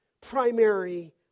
primary